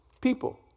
people